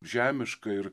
žemiška ir